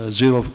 zero